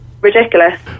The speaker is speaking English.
ridiculous